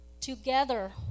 together